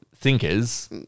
thinkers